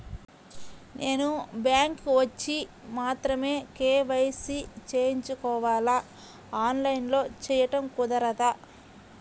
నేను బ్యాంక్ వచ్చి మాత్రమే కే.వై.సి చేయించుకోవాలా? ఆన్లైన్లో చేయటం కుదరదా?